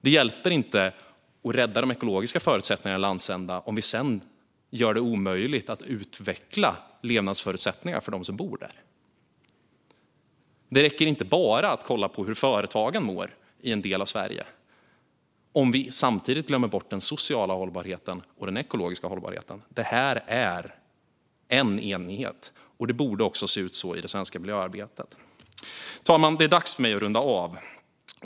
Det hjälper inte att rädda de ekologiska förutsättningarna i en landsända om vi sedan gör det omöjligt att utveckla levnadsförutsättningarna för dem som bor där. Det räcker inte att bara kolla på hur företagen mår i en del av Sverige om vi samtidigt glömmer bort den sociala och den ekologiska hållbarheten. Det här är en enhet, och så borde det också se ut i det svenska miljöarbetet. Fru talman! Det är dags för mig att runda av.